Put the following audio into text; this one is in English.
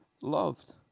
loved